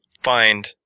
find